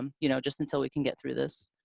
um you know just until we can get through this.